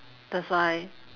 that's why